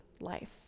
life